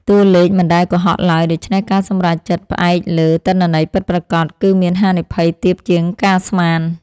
តួលេខមិនដែលកុហកឡើយ ដូច្នេះការសម្រេចចិត្តផ្អែកលើទិន្នន័យពិតប្រាកដ គឺមានហានិភ័យទាបជាងការស្មាន។